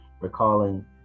recalling